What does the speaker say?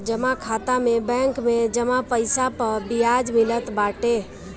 जमा खाता में बैंक में जमा पईसा पअ बियाज मिलत बाटे